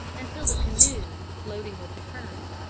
until the canoe floating with the current,